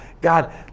God